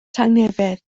tangnefedd